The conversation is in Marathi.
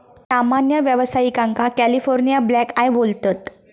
सामान्य व्यावसायिकांका कॅलिफोर्निया ब्लॅकआय बोलतत